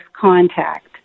contact